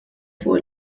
fuq